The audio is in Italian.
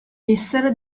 essere